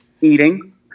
eating